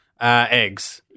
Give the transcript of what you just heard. Eggs